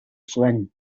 zuen